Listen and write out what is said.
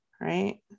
Right